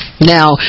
now